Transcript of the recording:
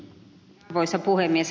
arvoisa puhemies